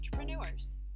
entrepreneurs